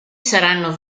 saranno